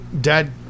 dad